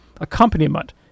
accompaniment